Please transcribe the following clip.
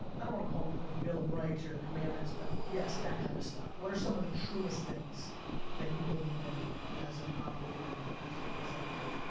i don't wanna call them your bill of rights or your commandments, but yes, that kind of stuff. what are some of the truest things that you believe in as an operator, as an executive?